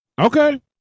Okay